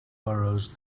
burrows